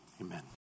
Amen